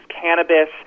cannabis